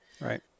Right